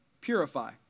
purify